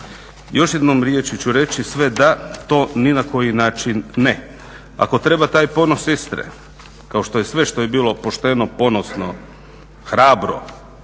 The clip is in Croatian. Još jednom riječi ću reći sve to da ni na koji način ne. Ako treba taj ponos Istre, kao što i sve što je bilo pošteno ponosno, hrabro